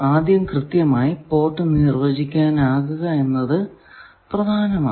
ആദ്യം കൃത്യമായി പോർട്ട് നിർവചിക്കാനാകുക എന്നത് പ്രധാനമാണ്